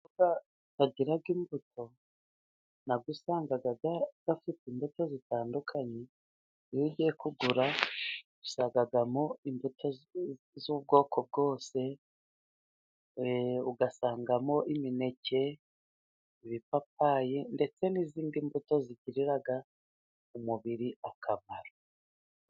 Bagiraga imbuto nayo usanga bafite imbuto zitandukanye, iyo ugiye kugura usagamo imbuto z'ubwoko bwose, ugasangamo imineke, ibipapayi ndetse nizindi mbuto, zigirira umubiri akamaro.